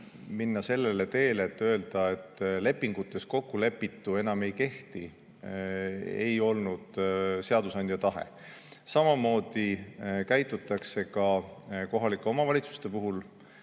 Minna sellele teele, et öelda, et lepingutes kokkulepitu enam ei kehti, ei olnud seadusandja tahe. Samamoodi käitutakse ka kohalike omavalitsuste puhul.